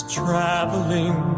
traveling